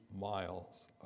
miles